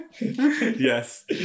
Yes